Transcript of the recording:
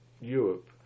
Europe